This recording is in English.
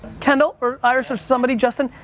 kendall or iris or somebody, justin,